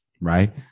right